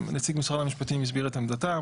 נציג משרד המשפטים הסביר את עמדתם,